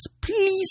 please